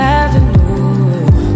avenue